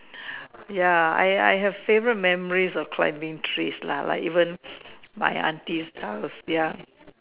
ya I I have favourite memories of quite being trees like even my aunties house ya